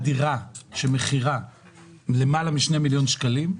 דירה שמכירה למעלה מ-2 מיליון שקלים,